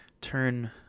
turn